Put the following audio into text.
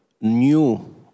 new